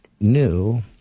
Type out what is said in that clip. new